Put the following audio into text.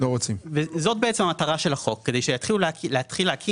זאת בעצם המטרה של החוק, כדי שיתחילו להקים.